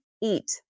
eat